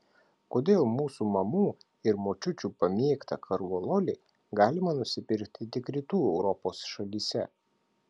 kodėl mūsų mamų ir močiučių pamėgtą korvalolį galima nusipirkti tik rytų europos šalyse